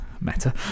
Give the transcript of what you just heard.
meta